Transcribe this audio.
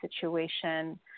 situation